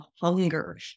hunger